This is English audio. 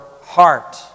heart